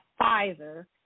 Pfizer